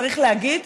צריך להגיד,